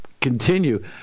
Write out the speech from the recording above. continue